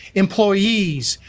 employees,